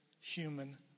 human